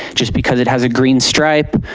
just because it has a green stripe,